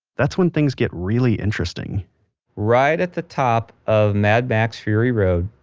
that's when things get really interesting right at the top of mad max fury road,